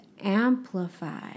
amplify